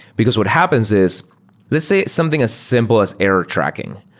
because what happens is let's say something as simple as error tracking.